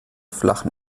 flachen